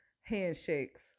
handshakes